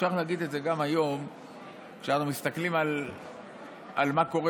אפשר להגיד את זה גם היום כשאנחנו מסתכלים על מה שקורה